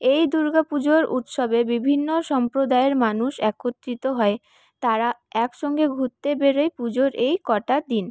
এই দুর্গাপুজোর উৎসবে বিভিন্ন সম্প্রদায়ের মানুষ একত্রিত হয় তারা একসঙ্গে ঘুরতে বেরোয় পুজোর এই কটা দিন